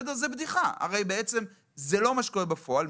זה לא מה שקורה בפועל,